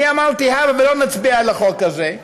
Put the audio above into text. אני אמרתי: הבה ולא נצביע על החוק הזה,